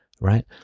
right